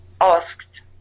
asked